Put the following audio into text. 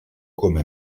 come